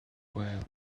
wear